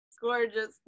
Gorgeous